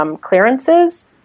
clearances